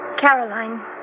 Caroline